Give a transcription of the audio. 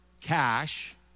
cash